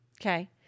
Okay